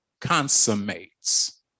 consummates